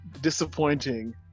disappointing